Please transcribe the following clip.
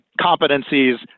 competencies